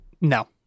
No